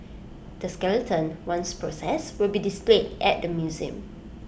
the skeleton once processed will be displayed at the museum